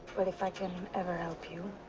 well, if i can ever help you.